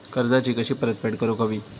कर्जाची कशी परतफेड करूक हवी?